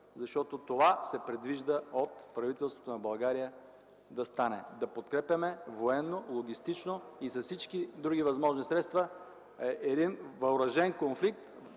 защото това се предвижда от правителството на България да стане – да подкрепяме военно, логистично и с всички други възможни средства един въоръжен конфликт,